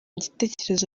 igitekerezo